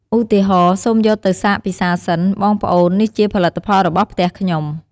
ឧទាហរណ៍ សូមយកទៅសាកពិសារសិន បងប្អូន នេះជាផលិតផលរបស់ផ្ទះខ្ញុំ។